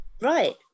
Right